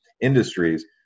industries